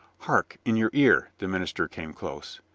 hark in your ear! the minister came close.